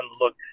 look